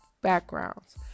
backgrounds